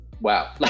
wow